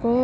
അപ്പോൾ